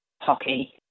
hockey